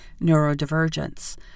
neurodivergence